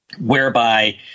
whereby